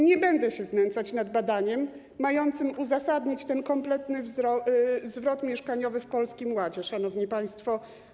Nie będę się znęcać nad badaniem mającym uzasadnić ten kompletny zwrot mieszkaniowy w Polskim Ładzie, szanowni państwo.